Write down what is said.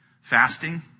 Fasting